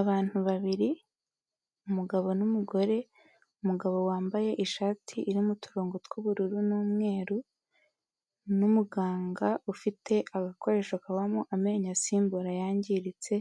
Abantu babiri umugabo n'umugore, umugabo wambaye ishati irimo uturongo tw'ubururu n'umweru n'umuganga ufite agakoresho kabamo amenyo asimbura ayangiritse,